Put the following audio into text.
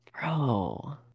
Bro